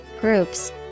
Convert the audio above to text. groups